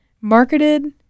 marketed